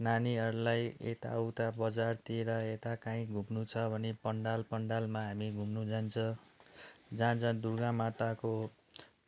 नानीहरूलाई यता उता बजारतिर यता कहीँ घुम्नु छ भने पन्डाल पन्डालमा हामी घुम्नु जान्छ जहाँ जहाँ दुर्गा माताको